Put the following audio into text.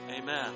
Amen